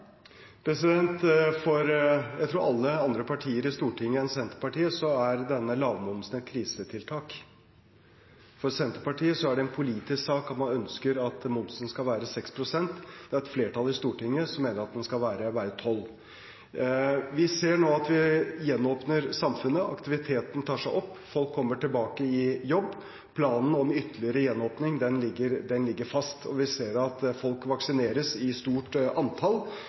For – jeg tror – alle andre partier i Stortinget enn Senterpartiet er denne lavmomsen et krisetiltak. For Senterpartiet er det en politisk sak at man ønsker at momsen skal være på 6 pst. Det er et flertall i Stortinget som mener at den skal være på 12 pst. Vi ser nå at vi gjenåpner samfunnet, aktiviteten tar seg opp, og folk kommer tilbake i jobb. Planen om ytterligere gjenåpning ligger fast, og vi ser at folk vaksineres i stort antall.